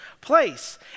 place